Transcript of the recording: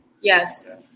yes